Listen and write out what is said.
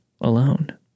alone